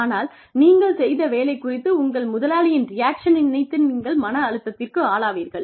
ஆனால் நீங்கள் செய்த வேலை குறித்து உங்கள் முதலாளியின் ரியாக்ஷனை நினைத்து நீங்கள் மன அழுத்தத்திற்கு ஆளாவீர்கள்